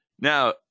Now